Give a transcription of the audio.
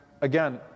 Again